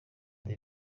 the